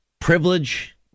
privilege